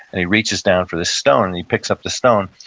and he reaches down for this stone and he picks up the stone.